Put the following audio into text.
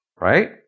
right